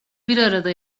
birarada